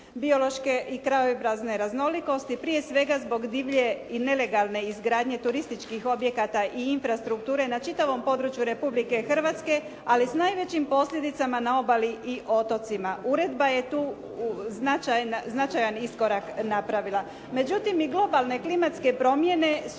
i krajobrazne raznolikosti prije svega zbog divlje i nelegalne izgradnje turističkih objekata i infrastrukture na čitavom podruju Republike Hrvatske ali sa najvećim posljedicama na obali i otocima. Uredba je tu značajan iskorak napravila. Međutim, i globalne klimatske promjene su